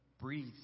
breathe